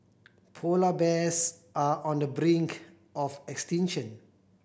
polar bears are on the brink of extinction